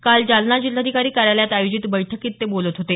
काल जालना जिल्हाधिकारी कार्यालयात आयोजित बैठकीत ते बोलत होते